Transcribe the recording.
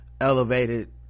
elevated